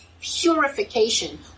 purification